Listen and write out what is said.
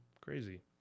crazy